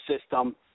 system